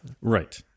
Right